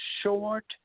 short